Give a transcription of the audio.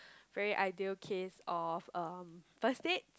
very ideal case of um first date